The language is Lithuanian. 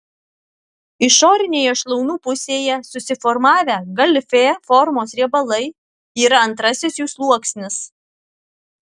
išorinėje šlaunų pusėje susiformavę galifė formos riebalai yra antrasis jų sluoksnis